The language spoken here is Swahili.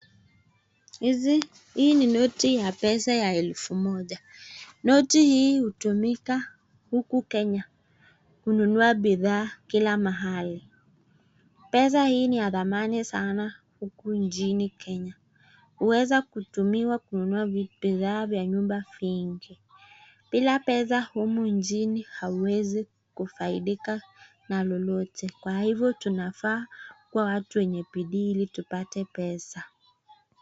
Hii ni noti ya pesa ya elfu moja. Noti hii hutumika huku Kenya kununua bidhaa kila mahali. Pesa hii ni ya thamani sana huku nchini Kenya. Huweza kutumiwa kununua bidhaa vya nyumba vingi. Bila pesa humu nchini hauwezi kufaidika na lolote, kwa hivyo tunafaa kuwa watu wenye bidii ili tupate pesa.